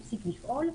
הפסיק לפעול,